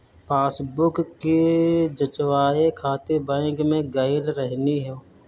passbook के जचवाए खातिर बैंक में गईल रहनी हअ